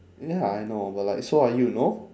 ya I know but like so are you no